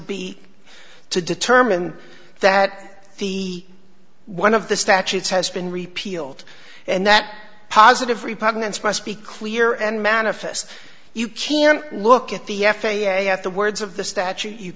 be to determine that the one of the statutes has been repealed and that positive repugnance must be clear and manifest you can look at the f a a at the words of the statute you